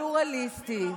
פלורליסטי.